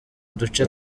uduce